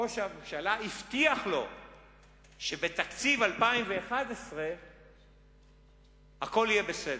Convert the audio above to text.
ראש הממשלה הבטיח לו שבתקציב 2011 הכול יהיה בסדר,